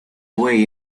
way